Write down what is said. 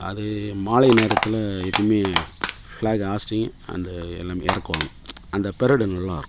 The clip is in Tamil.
அது மாலை நேரத்தில் எப்போயிமே ஃப்ளாக் ஆஸ்ட்டிங் அண்ட் எல்லாமே இறக்குவாங்க அந்த பெரடு நல்லா இருக்கும்